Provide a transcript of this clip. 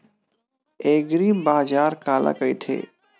एग्रीबाजार काला कइथे?